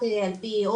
רק על פי,